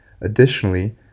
Additionally